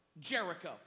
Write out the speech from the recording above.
Jericho